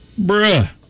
bruh